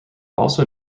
also